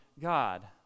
God